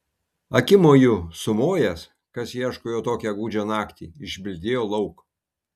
akimoju sumojęs kas ieško jo tokią gūdžią naktį išbildėjo lauk